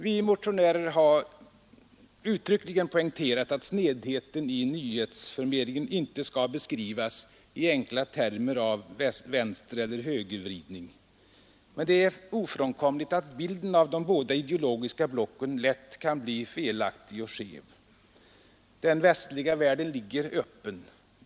Vi motionärer har uttryckligen poängterat att snedheten i nyhetsförmedlingen inte skall beskrivas i enkla termer av vänstereller högervridning. Men det är ofrånkomligt att bilden av de båda ideologiska blocken lätt kan bli felaktig och skev. Den västliga världen ligger öppen.